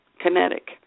kinetic